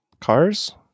cars